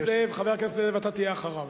חבר הכנסת נסים זאב, אתה תהיה אחריו.